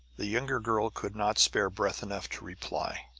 the younger girl could not spare breath enough to reply.